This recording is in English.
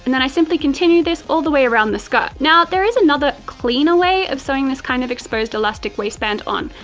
and and i simply continue this all the way around the skirt. now, there is another, cleaner way of sewing this kind of exposed elastic waistband on,